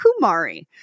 Kumari